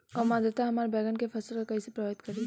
कम आद्रता हमार बैगन के फसल के कइसे प्रभावित करी?